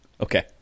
Okay